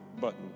button